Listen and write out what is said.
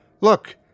Look